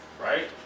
right